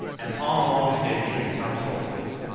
and on the longest day of the year, the summer solstice,